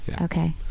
Okay